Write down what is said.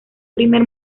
primer